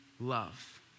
love